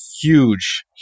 huge